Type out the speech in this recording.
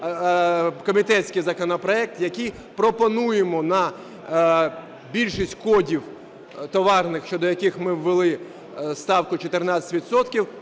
комітетський законопроект, яким пропонуємо на більшість кодів товарних, щодо яких ми ввели ставку 14